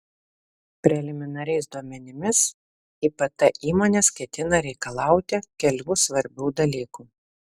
preliminariais duomenimis ipt įmonės ketina reikalauti kelių svarbių dalykų